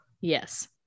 Yes